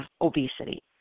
obesity